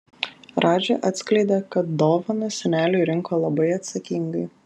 radži atskleidė kad dovaną seneliui rinko labai atsakingai